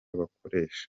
bakoresha